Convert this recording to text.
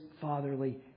fatherly